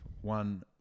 one